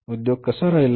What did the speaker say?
उद्योग कसा राहिला